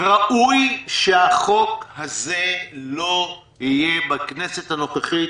ראוי שהחוק הזה לא יהיה בכנסת הנוכחית,